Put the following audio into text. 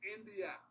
India